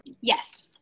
Yes